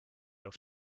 auf